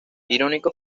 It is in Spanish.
irónico